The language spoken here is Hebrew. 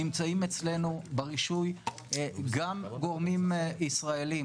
נמצאים אצלנו ברישוי גם גורמים ישראלים